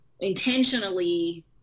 intentionally